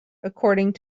according